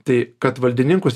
tai kad valdininkus